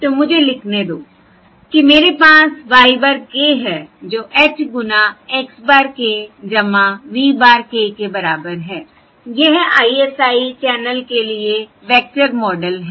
तो मुझे लिखने दो कि मेरे पास y bar k है जो H गुना x bar k v bar k के बराबर है यह ISI चैनल के लिए वेक्टर मॉडल है